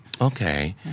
Okay